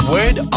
Word